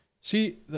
See